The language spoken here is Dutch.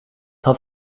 had